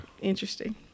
Interesting